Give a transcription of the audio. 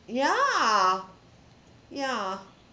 ya ya